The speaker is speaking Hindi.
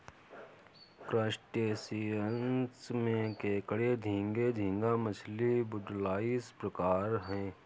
क्रस्टेशियंस में केकड़े झींगे, झींगा मछली, वुडलाइस प्रकार है